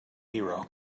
hero